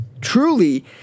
truly